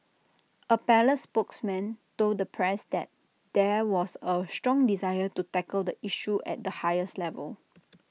A palace spokesman told the press that there was A strong desire to tackle the issue at the highest levels